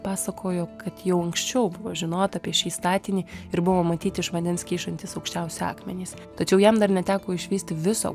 pasakojo kad jau anksčiau buvo žinota apie šį statinį ir buvo matyti iš vandens kyšantys aukščiausi akmenys tačiau jam dar neteko išvysti viso